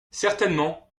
certainement